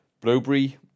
blueberry